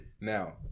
Now